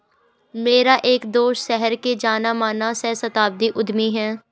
मेरा एक दोस्त शहर का जाना माना सहस्त्राब्दी उद्यमी है